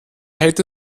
hätte